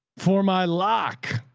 for my loc.